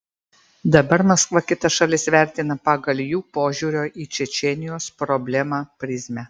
dabar maskva kitas šalis vertina pagal jų požiūrio į čečėnijos problemą prizmę